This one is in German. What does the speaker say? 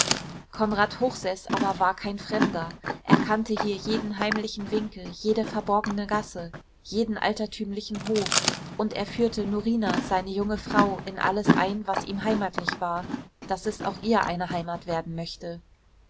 konrad hochseß aber war kein fremder er kannte hier jeden heimlichen winkel jede verborgene gasse jeden altertümlichen hof und er führte norina seine junge frau in alles ein was ihm heimatlich war daß es auch ihr eine heimat werden möchte